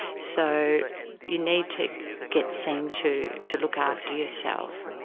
so you need to get seen to, to look after yourself.